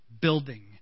building